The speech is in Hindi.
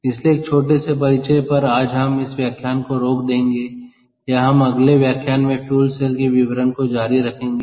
इसलिए एक छोटे से परिचय पर आज हम इस व्याख्यान को रोक देंगे या हम अगले व्याख्यान में फ्यूल सेल के विवरण को जारी रखेंगे